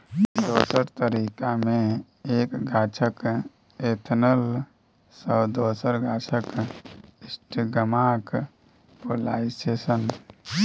दोसर तरीका मे एक गाछक एन्थर सँ दोसर गाछक स्टिगमाक पोलाइनेशन